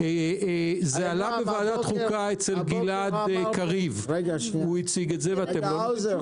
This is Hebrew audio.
זה עלה בוועדת חוקה אצל גלעד קריב שהציג את זה --- האוזר,